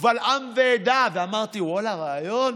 קבל עם ועדה, ואמרתי: ואללה, רעיון,